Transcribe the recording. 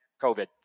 COVID